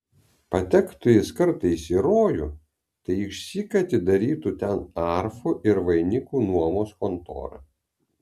patektų jis kartais į rojų tai išsyk atidarytų ten arfų ir vainikų nuomos kontorą